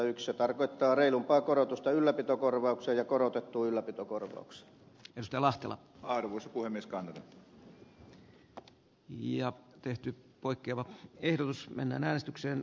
se tarkoittaa reilumpaa korotusta ylläpitokorvaukseen ja korotettuun ylläpitokorvaukseen